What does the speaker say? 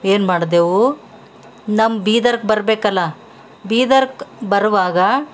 ಏನು ಮಾಡಿದೆವು ನಮ್ಮ ಬೀದರಕ್ ಬರಬೇಕಲ್ಲ ಬೀದರಕ್ ಬರುವಾಗ